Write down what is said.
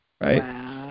Right